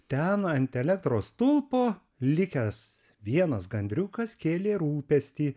ten ant elektros stulpo likęs vienas gandriukas kėlė rūpestį